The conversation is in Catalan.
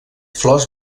flors